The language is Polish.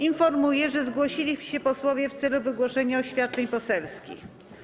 Informuję, że zgłosili się posłowie w celu wygłoszenia oświadczeń poselskich.